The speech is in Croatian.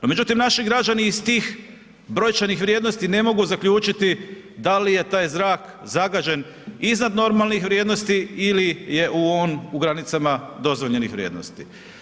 No, međutim, naši građani iz tih brojčanih vrijednosti ne mogu zaključiti da li je taj zrak zagađen iznad normalnih vrijednosti ili je on u granicama dozvoljenih vrijednosti.